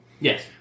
Yes